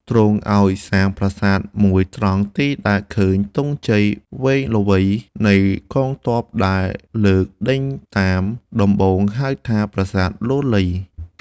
ទ្រង់ឲ្យសាងប្រាសាទមួយត្រង់ទីដែលឃើញទង់ជ័យវែងលលៃ នៃកងទ័ពដែលលើកដេញតាម ដំបូងហៅថា "ប្រាសាទលលៃ"។